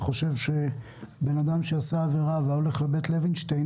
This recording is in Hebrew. אני חושב שאדם שעבר עבירה והיה הולך לבית לווינשטיין